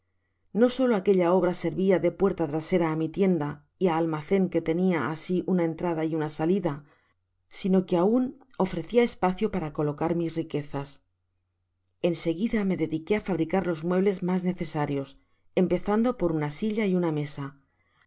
no solo aquella obra servia de puerta trasera á mi tienda y á almaeen que tenia asi una entrada y una salida sino que aun me ofrecia espacio para colocar mis riquezas en seguida me dediqué á fabricar los muebles mas necesarios empezando por una silla y una mesa